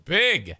big